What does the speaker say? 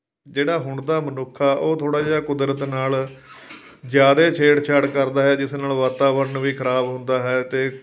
ਜਿਹੜਾ ਹੁਣ ਤਾਂ ਮਨੁੱਖ ਆ ਉਹ ਥੋੜ੍ਹਾ ਜਿਹਾ ਕੁਦਰਤ ਨਾਲ ਜ਼ਿਆਦਾ ਛੇੜਛਾੜ ਕਰਦਾ ਹੈ ਜਿਸ ਨਾਲ ਵਾਤਾਵਰਨ ਵੀ ਖਰਾਬ ਹੁੰਦਾ ਹੈ ਅਤੇ